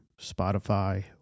Spotify